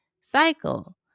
cycle